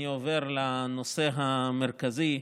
אני עובר לנושא המרכזי,